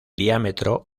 diámetro